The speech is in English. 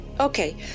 Okay